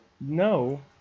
No